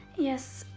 yes,